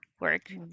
work